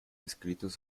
escritos